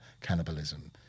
cannibalism